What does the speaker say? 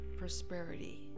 prosperity